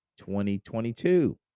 2022